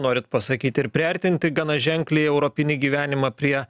norit pasakyt ir priartinti gana ženkliai europinį gyvenimą prie